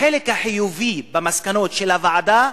החלק החיובי במסקנות של הוועדה,